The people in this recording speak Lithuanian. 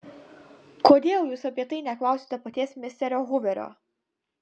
kodėl jūs apie tai neklausiate paties misterio huverio